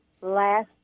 last